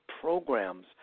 programs